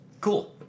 Cool